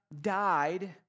died